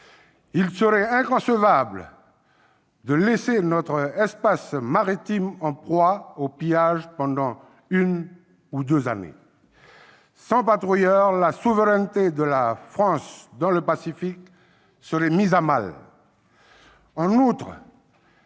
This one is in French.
Il serait inconcevable de laisser notre espace maritime en proie aux pillages pendant une ou deux années. Sans patrouilleurs, la souveraineté de la France dans le Pacifique serait mise à mal.